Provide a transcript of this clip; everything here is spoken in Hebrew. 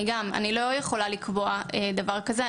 אני לא יכולה לקבוע דבר כזה.